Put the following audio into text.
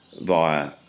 via